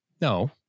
No